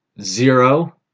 zero